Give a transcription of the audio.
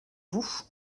vous